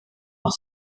auch